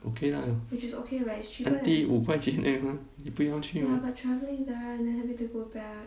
okay lah aunty 五块而已吗你不要去